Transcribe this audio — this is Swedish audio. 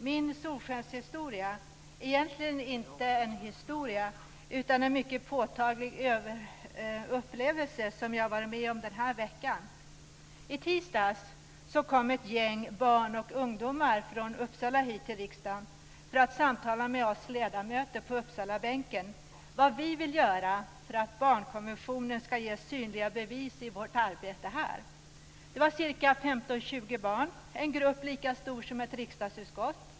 Min solskenshistoria är egentligen inte en historia utan en mycket påtaglig upplevelse som jag varit med om den här veckan. I tisdags kom ett gäng barn och ungdomar från Uppsala hit till riksdagen för att samtala med oss ledamöter på Uppsalabänken om vad vi vill göra för att barnkonventionen ska ge synliga bevis i vårt arbete här. Det var 15-20 barn, en grupp lika stor som ett riksdagsutskott.